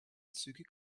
zügig